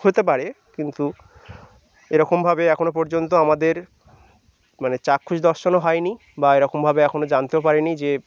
হতে পারে কিন্তু এরকমভাবে এখনো পর্যন্ত আমাদের মানে চাক্ষুষ দর্শনও হয় নি বা এরকমভাবে এখনো জানতেই পারি নি যে